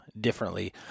differently